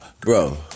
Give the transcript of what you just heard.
Bro